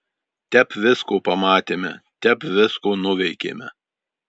tep visko pamatėme tep visko nuveikėme